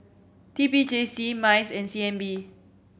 T P J C MICE and C N B